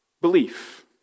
belief